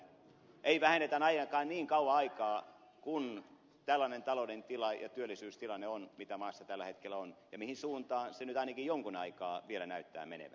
ei vähennetä ainakaan niin kauan aikaa kun tällainen talouden tila ja työllisyystilanne on joka maassa tällä hetkellä on ja mihin suuntaan se nyt ainakin jonkun aikaa vielä näyttää menevän